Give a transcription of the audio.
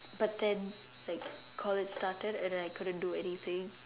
but then like college started and then I couldn't do like anything